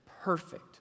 Perfect